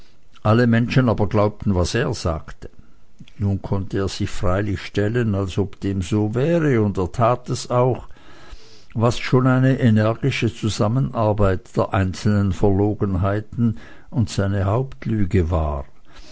alle menschen aber glaubten was er sagte nun konnte er sich freilich stellen als ob dem so wäre und er tat es auch was schon eine energische zusammenfassung der einzelnen verlogenheiten und seine hauptlüge war